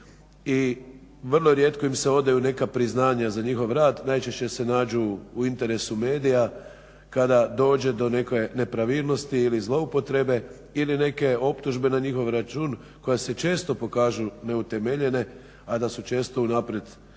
i vrlo rijetko im se odaju neka priznanja za njihov rad. Najčešće se nađu u interesu medija kada dođe do neke nepravilnosti ili zloupotrebe, ili neke optužbe na njihov račun koja se često pokažu neutemeljene, a da su često unaprijed osuđeni.